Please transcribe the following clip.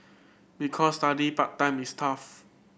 because studying part time is tough